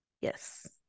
Yes